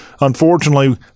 unfortunately